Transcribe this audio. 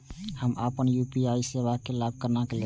हम अपन यू.पी.आई सेवा के लाभ केना लैब?